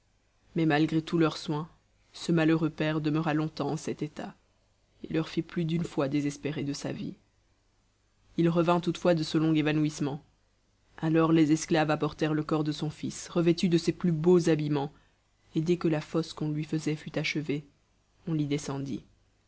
mais malgré tous leurs soins ce malheureux père demeura longtemps en cet état et leur fit plus d'une fois désespérer de sa vie il revint toutefois de ce long évanouissement alors les esclaves apportèrent le corps de son fils revêtu de ses plus beaux habillements et dès que la fosse qu'on lui faisait fut achevée on l'y descendit